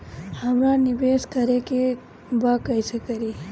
हमरा निवेश करे के बा कईसे करी?